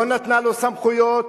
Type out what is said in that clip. לא נתנה לו סמכויות,